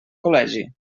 col·legi